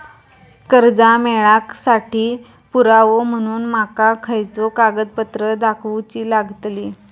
कर्जा मेळाक साठी पुरावो म्हणून माका खयचो कागदपत्र दाखवुची लागतली?